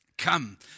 Come